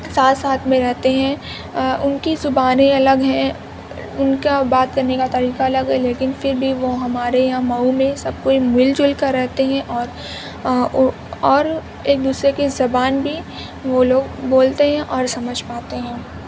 ساتھ ساتھ میں رہتے ہیں ان کی زبانیں الگ ہیں ان کا بات کرنے کا طریقہ الگ ہے لیکن پھر بھی وہ ہمارے یہاں مئو میں سب کوئی مل جل کر رہتے ہیں اور اور ایک دوسرے کی زبان بھی وہ لوگ بولتے ہیں اور سمجھ پاتے ہیں